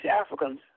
Africans